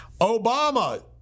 Obama